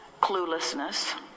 cluelessness